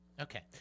Okay